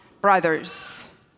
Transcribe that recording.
brothers